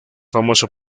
famoso